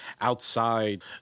outside